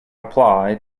apply